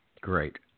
Great